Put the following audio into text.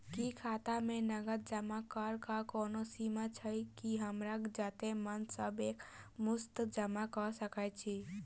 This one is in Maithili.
की खाता मे नगद जमा करऽ कऽ कोनो सीमा छई, की हमरा जत्ते मन हम एक मुस्त जमा कऽ सकय छी?